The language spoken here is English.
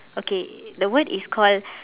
okay the word is called